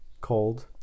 cold